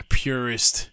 purist